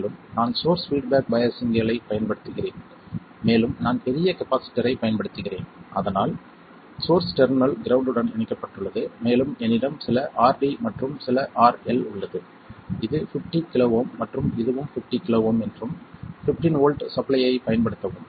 மேலும் நான் source feedback பையாசிங்களைப் பயன்படுத்துகிறேன் மேலும் நான் பெரிய கப்பாசிட்டரைப் பயன்படுத்துகிறேன் அதனால் சோர்ஸ் டெர்மினல் கிரவுண்ட் உடன் இணைக்கப்பட்டுள்ளது மேலும் என்னிடம் சில RD மற்றும் சில RL உள்ளது இது 50 kΩ மற்றும் இதுவும் 50 kΩ என்றும் 15 வோல்ட் சப்ளையைப் பயன்படுத்தவும்